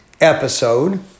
episode